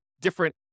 different